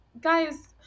guys